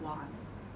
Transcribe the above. wild honey